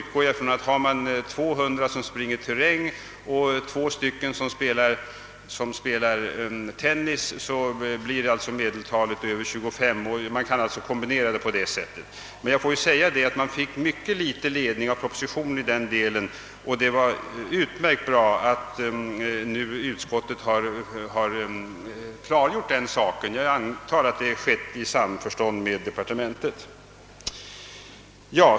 Har man t.ex. 200 som springer terräng och 2 som spelar tennis, blir alltså medeltalet över 25. Man fick mycket litet ledning av propositionen i den delen, och det är bra att utskottet har klargjort saken; jag antar att det har skett i samförstånd med departementet.